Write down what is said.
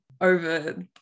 over